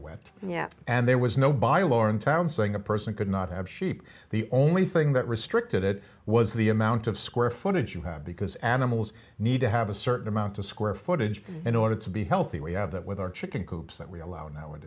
wet yeah and there was no by loren town saying a person could not have sheep the only thing that restricted it was the amount of square footage you have because animals need to have a certain amount of square footage in order to be healthy we have that with our chicken coops that we allow now